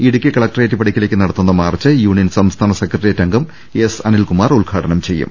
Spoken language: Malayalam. ഇടുക്കി കളക്ടറേറ്റ് പടിക്കലേക്ക് നടത്തുന്ന മാർച്ച് യൂണിയൻ സംസ്ഥാന സെക്രട്ട റിയേറ്റ് അംഗം എസ് അനിൽകുമാർ ഉദ്ഘാടനം ചെയ്യും